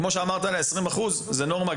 כמו שאמרת על ה-20% ששם זאת נורמה,